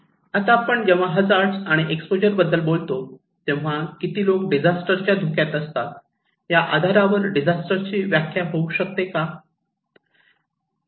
आता आपण जेव्हा हजार्ड आणि एक्स्पोजर बद्दल बोलतो तेव्हा किती लोक डिझास्टर च्या धोक्यात असतात या आधारावर डिझास्टर ची व्याख्या होऊ शकते का